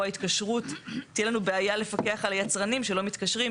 התקשרות תהיה לנו בעיה לפקח על היצרנים שלא מתקשרים,